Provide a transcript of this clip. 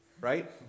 right